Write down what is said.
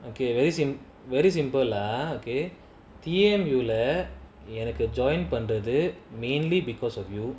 okay very simp~ very simple lah okay T_M lah எனக்கு:enaku join பண்றது:panrathu mainly because of you